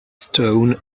stone